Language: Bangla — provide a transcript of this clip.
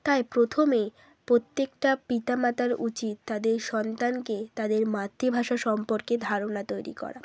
তাই প্রথমেই প্রত্যেকটা পিতা মাতার উচিত তাদের সন্তানকে তাদের মাতৃভাষা সম্পর্কে ধারণা তৈরি করা